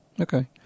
Okay